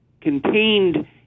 contained